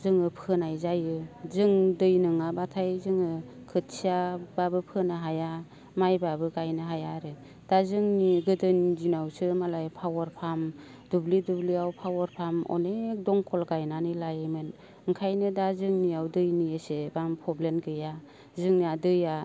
जोङो फोनाय जायो जों दै नङाब्लाथाय जों खोथियाब्लाबो फोनो हाया माइब्लाबो गायनो हाया आरो दा जोंनि गोदोनि दिनावसो मालाय पावार पाम्प दुब्लि दुब्लियाव पावार पाम्प अनेख दंकल गायनानै लायोमोन ओंखायनो दा जोंनियाव दैनि एसेबां प्रब्लेम गैया जोंनिया दैया